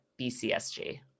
BCSG